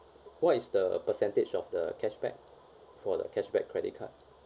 what is the percentage of the cashback for the cashback credit card